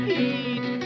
Heat